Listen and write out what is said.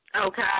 Okay